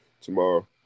tomorrow